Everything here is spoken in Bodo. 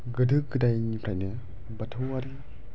गोदो गोदायनिफ्रायनो बाथौआरि